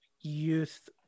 youth